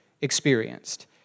experienced